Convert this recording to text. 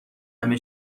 همه